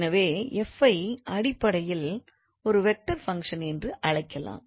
எனவே f ஐ அடிப்படையில் ஒரு வெக்டார்ஃபங்க்ஷன் என்று அழைக்கலாம்